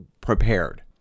prepared